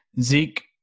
Zeke